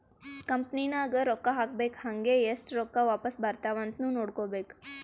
company ನಾಗ್ ರೊಕ್ಕಾ ಹಾಕ್ಬೇಕ್ ಹಂಗೇ ಎಸ್ಟ್ ರೊಕ್ಕಾ ವಾಪಾಸ್ ಬರ್ತಾವ್ ಅಂತ್ನು ನೋಡ್ಕೋಬೇಕ್